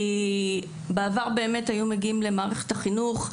כי בעבר באמת היו מגיעים למערכת החינוך,